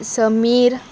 Sameer